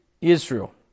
Israel